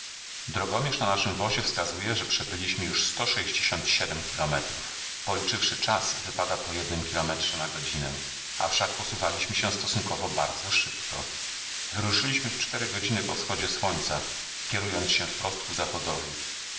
nami drogomierz na naszym wozie wskazuje że przebyliśmy już sto sześćdziesiąt siedm kilometrów policzywszy czas wypada po jednym kilometrze na godzinę a wszak posuwaliśmy się stosunkowo bardzo szybko wyruszyliśmy w cztery godziny po wschodzie słońca kierując się wprost